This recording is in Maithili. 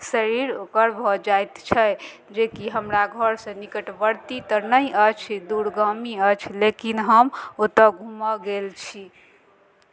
शरीर ओकर भऽ जाइत छै जेकि हमरा घरसँ निकटवर्ती तऽ नहि अछि दूरगामी अछि लेकिन हम ओतय घूमय गेल छी